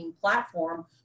platform